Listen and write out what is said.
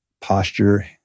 posture